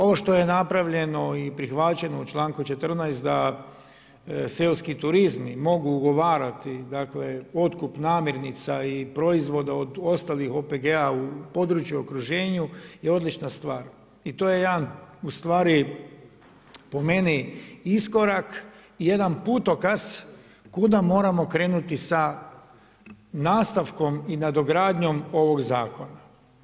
Ono što je napravljeno i prihvaćeno u čl. 14. da seoski turizmi mogu ugovarati dakle otkup namirnica i proizvoda od ostalih OPG-a u području, okruženju, je odlična stvar i to je jedan ustvari po meni iskorak, jedan putokaz kuda moramo krenuti sa nastavkom i nadogradnjom ovog zakona.